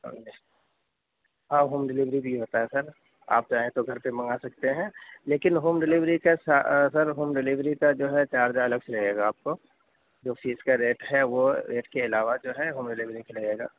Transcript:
ہاں home delivery بھی ہوتا ہے سر آپ چاہیں تو گھر پہ منگا سکتے ہیں لیکن ہوم ڈیلیوری کا سر ہوم ڈیلیوری کا جو ہے چارج الگ سے لگے گا آپ کو جو فش كا ریٹ ہے وہ ریٹ کے عللاوہ جو ہے ہوم ڈیلیوری کا لگے گا